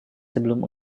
sebelum